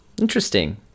Interesting